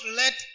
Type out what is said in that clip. let